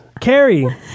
Carrie